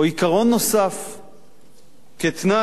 או עיקרון נוסף כתנאי,